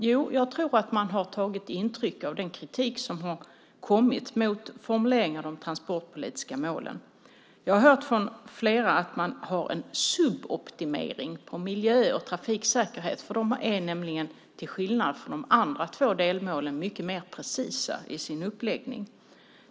Jag tror att man har tagit intryck av den kritik som har kommit mot formuleringen av de transportpolitiska målen. Jag har hört från flera att man har en suboptimering av miljö och trafiksäkerhet, för de är nämligen till skillnad från de andra två delmålen mycket mer precisa i sin uppläggning.